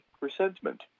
resentment